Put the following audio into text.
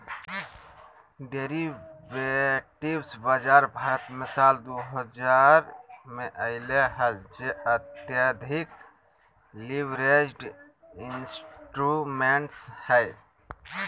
derivatives बाजार भारत मे साल दु हजार मे अइले हल जे अत्यधिक लीवरेज्ड इंस्ट्रूमेंट्स हइ